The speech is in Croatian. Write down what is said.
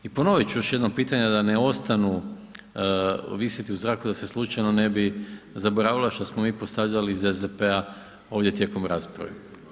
I ponoviti ću još jedno pitanje da ne ostanu visjeti u zraku, da se slučajno ne bi zaboravilo a što smo mi postavljali iz SDP-a ovdje tijekom rasprave.